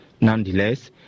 Nonetheless